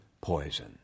poison